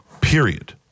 Period